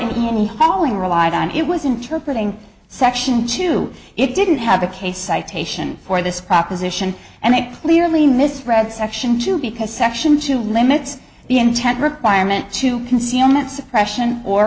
calling relied on it was interpreting section two it didn't have a case citation for this proposition and they clearly misread section two because section two limits the intent requirement to concealment suppression or